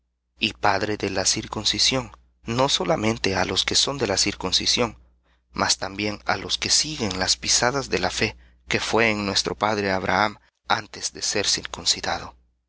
y padre de la circuncisión no solamente á los que son de la circuncisión mas también á los que siguen las pisadas de la fe que fué en nuestro padre abraham antes de ser circuncidado